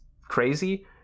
crazy